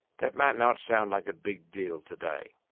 that might not sound like a big deal today.